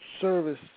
service